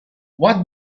what